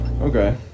Okay